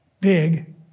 big